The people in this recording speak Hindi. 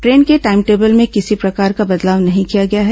ट्रेन के टाइम टेबल में किसी प्रकार का बदलाव नहीं किया गया है